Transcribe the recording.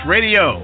Radio